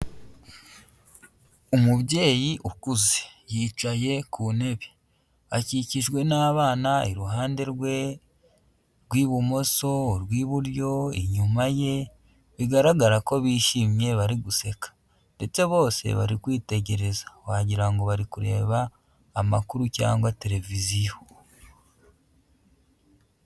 Umubyeyi ukuze, yicaye ku ntebe, akikijwe n'abana iruhande rwe rw'ibumoso, urw'iburyo, inyumaye, bigaragara ko bishimye bari guseka, ndetse bose bari kwitegereza, wagira ngo bari kureba amakuru cyangwa televiziyo.